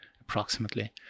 approximately